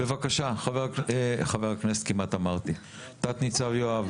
בבקשה, תת ניצב יואב.